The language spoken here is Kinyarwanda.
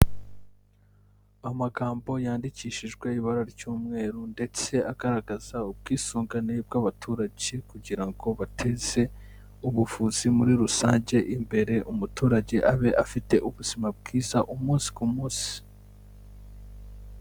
Amagambo yandikishijwe ibara ry'umweru ndetse agaragaza ubwisungane bw'abaturage kugira ngo bateze ubuvuzi muri rusange imbere, umuturage abe afite ubuzima bwiza umunsi ku munsi.